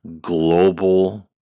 global